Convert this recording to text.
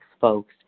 folks